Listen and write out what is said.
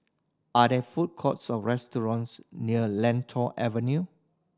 are there food courts or restaurants near Lentor Avenue